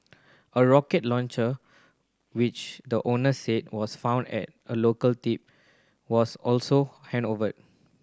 a rocket launcher which the owner said was found at a local tip was also handed over